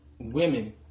Women